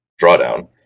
drawdown